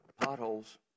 potholes